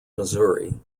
missouri